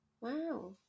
Wow